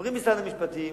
אומרים במשרד המשפטים